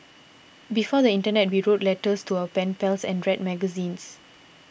before the internet we wrote letters to our pen pals and read magazines